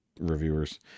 reviewers